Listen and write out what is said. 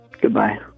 Goodbye